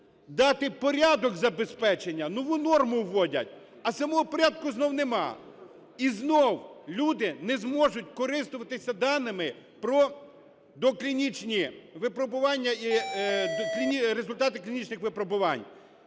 дати порядок забезпечення, нову норму вводять, а самого порядку знову нема. І знову люди не зможуть користуватися даними про доклінічні випробування і результати клінічних випробувань.